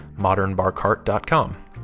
modernbarcart.com